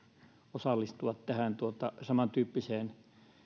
osallistua samantyyppiseen